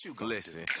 Listen